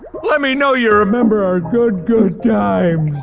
let me know you remember our good, good times!